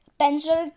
pencil